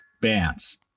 bands